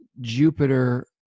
Jupiter